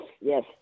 yes